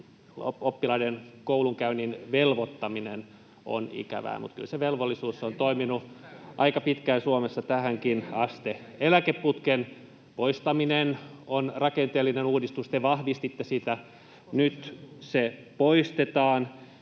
oppilaiden koulunkäynnin velvoittaminen on ikävää, mutta kyllä se velvollisuus on toiminut aika pitkään Suomessa tähänkin asti. Eläkeputken poistaminen on rakenteellinen uudistus. Te vahvistitte sitä, nyt se poistetaan.